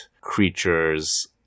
creatures